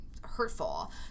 hurtful